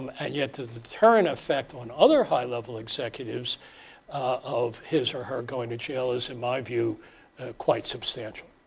um and yet, the deterrent effect on other high-level executives of his or her going to jail is in my view quite substantial.